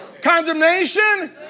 Condemnation